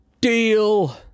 Deal